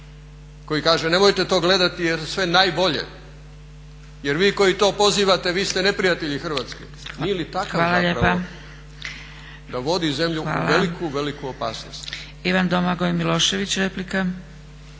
koji kaže nemojte to gledati jer je sve najbolje, jer vi koji to pozivate vi ste neprijatelji Hrvatske. Nije li takav zapravo da vodi zemlju u veliku, veliku opasnost. **Zgrebec, Dragica